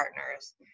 partners